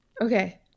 Okay